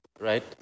Right